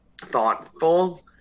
thoughtful